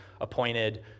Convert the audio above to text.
appointed